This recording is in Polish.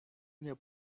nie